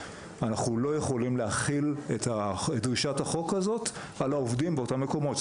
אנחנו לא יכולים להחיל את דרישת החוק הזו על העובדים באותם מקומות.